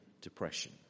depression